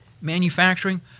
manufacturing